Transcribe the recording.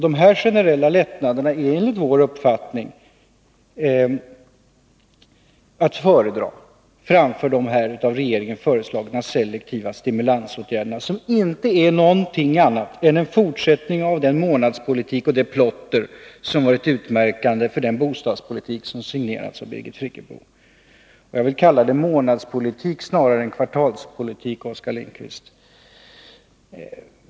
Dessa generella lättnader är enligt vår mening att föredra framför de av regeringen föreslagna selektiva stimulansåtgärderna, som inte är något annat än en fortsättning av den månadspolitik och det plotter som varit utmärkande för den bostadspolitik som signerats av Birgit Friggebo. Jag vill kalla det månadspolitik snarare än kvartalspolitik, Oskar Lindkvist.